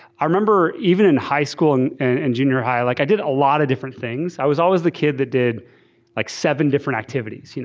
i remember even in high school and and and junior high, like i did a lot different things. i was always the kid that did like seven different activities. you know